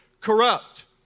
corrupt